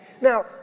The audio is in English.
Now